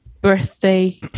birthday